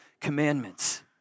commandments